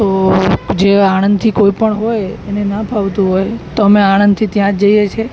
તો જે આણંદથી કોઈ પણ હોય એને ન ફાવતું હોય તો અમે આણંદથી ત્યાં જ જઈએ છીએ